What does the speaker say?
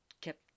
kept